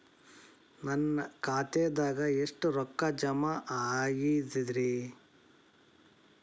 ನನ್ನ ಖಾತೆದಾಗ ಎಷ್ಟ ರೊಕ್ಕಾ ಜಮಾ ಆಗೇದ್ರಿ?